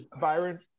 Byron